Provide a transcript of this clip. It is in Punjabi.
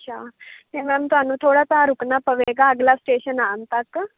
ਅੱਛਾ ਅਤੇ ਮੈਮ ਤੁਹਾਨੂੰ ਥੋੜ੍ਹਾ ਤਾਂ ਰੁਕਣਾ ਪਵੇਗਾ ਅਗਲਾ ਸਟੇਸ਼ਨ ਆਉਣ ਤੱਕ